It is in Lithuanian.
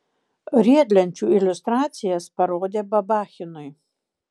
riedlenčių iliustracijas parodė babachinui